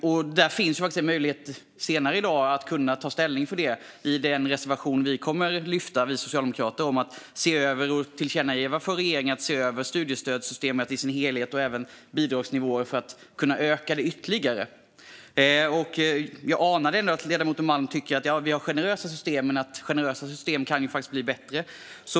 Senare i dag finns faktiskt en möjlighet att ta ställning för detta i och med Socialdemokraternas reservation om att tillkännage för regeringen att man bör se över studiestödssystemet och bidragsnivåer som helhet. Jag anade att ledamoten Malm tycker att vi har generösa system men att generösa system kan bli bättre.